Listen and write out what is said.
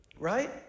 right